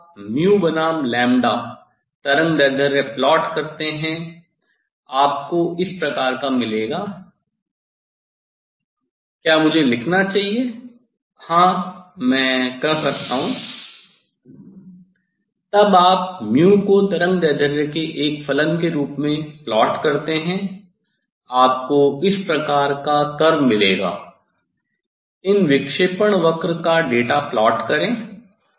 अब आप " बनाम " तरंगदैर्ध्य प्लाट करते हैं आपको इस प्रकार का मिलेगा क्या मुझे लिखना चाहिए हाँ मैं कर सकता हूँ तब आप को तरंगदैर्ध्य के एक फलन के रूप में प्लॉट करते हैं आपको इस प्रकार का कर्व मिलेगा इन विक्षेपण वक्र का डेटा प्लॉट करें